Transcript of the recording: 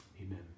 amen